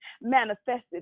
manifested